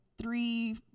three